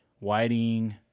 Whiting